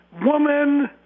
woman